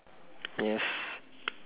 yes